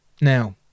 Now